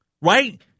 right